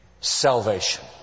salvation